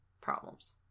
problems